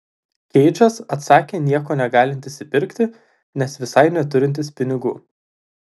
keidžas atsakė nieko negalintis įpirkti nes visai neturintis pinigų